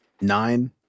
Nine